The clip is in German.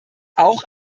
auch